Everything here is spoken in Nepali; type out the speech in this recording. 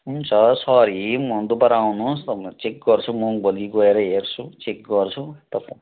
हुन्छ सरी म दोबारा आउनु होस् चेक गर्छु म भोलि गएर हेर्छु चेक गर्छु तपाईँ